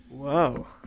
wow